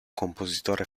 compositore